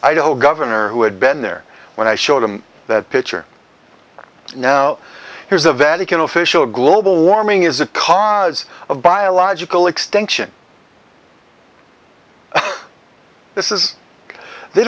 a governor who had been there when i showed him that picture now here's a vatican official global warming is a cause of biological extinction this is they